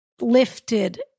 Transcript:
lifted